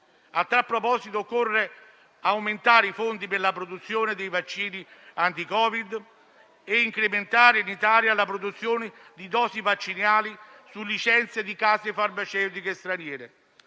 A tal proposito, occorre aumentare i fondi per la produzione dei vaccini anti-Covid e incrementare in Italia la produzione di dosi vaccinali su licenze di case farmaceutiche straniere.